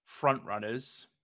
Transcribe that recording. frontrunners